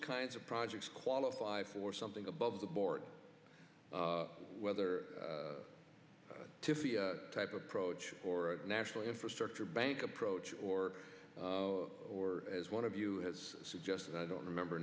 kinds of projects qualify for something above the board whether to the type approach or national infrastructure bank approach or as one of you has suggested i don't remember